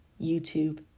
YouTube